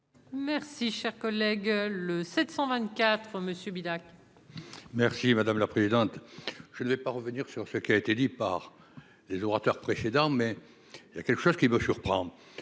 Merci, cher collègue, le 724 monsieur bilingue. Merci madame la présidente, je ne vais pas revenir sur ce qui a été dit par les orateurs précédents, mais il y a quelque chose qui me surprendre